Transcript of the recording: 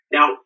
Now